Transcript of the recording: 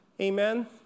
Amen